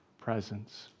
presence